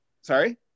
Sorry